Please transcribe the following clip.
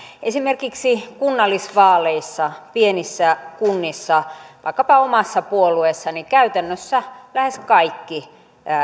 esimerkiksi kunnallisvaaleissa pienissä kunnissa vaikkapa omassa puolueessani käytännössä lähes kaikki